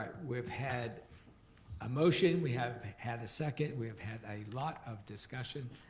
we've had a motion, we have had a second, we have had a lot of discussion.